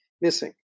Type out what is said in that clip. missing